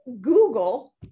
Google